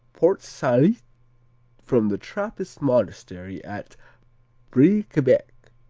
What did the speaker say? port-salut from the trappist monastery at briquebec.